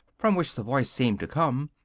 from which the voice seemed to come,